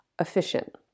efficient